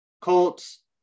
Colts